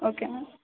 okay ma'am